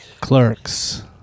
Clerks